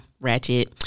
Ratchet